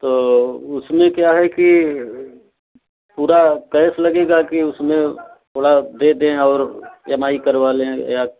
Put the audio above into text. तो उसमें क्या है कि पूरा कैश लगेगा कि उसमें थोड़ा दे दें और ई एम आई करवा लें या